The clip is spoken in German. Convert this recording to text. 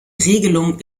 regelung